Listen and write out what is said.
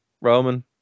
Roman